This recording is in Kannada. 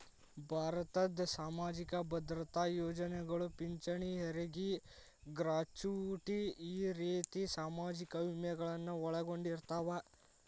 ಭಾರತದ್ ಸಾಮಾಜಿಕ ಭದ್ರತಾ ಯೋಜನೆಗಳು ಪಿಂಚಣಿ ಹೆರಗಿ ಗ್ರಾಚುಟಿ ಈ ರೇತಿ ಸಾಮಾಜಿಕ ವಿಮೆಗಳನ್ನು ಒಳಗೊಂಡಿರ್ತವ